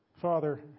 Father